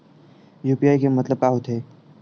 UPI के मतलब का होथे?